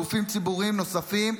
גופים ציבוריים נוספים,